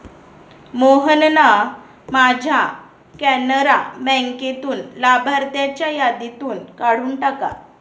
मोहनना माझ्या कॅनरा बँकेतून लाभार्थ्यांच्या यादीतून काढून टाका